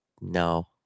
no